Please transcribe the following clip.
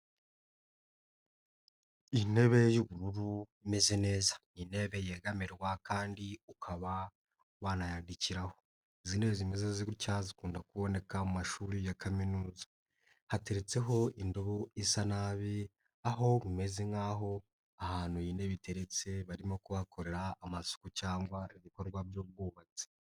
Intebe y'ubururu imeze neza, ni intebe yegamirwa kandi ukaba wanayandikiraho, izi zimeze zi gutya zikunda kuboneka mu mashuri ya kaminuza, hateretseho indobo isa nabi aho bimeze nk'aho ahantu iyi ntebe iteretse barimo kuhakorera amasuku cyangwa ibikorwa by'ubwubatsi.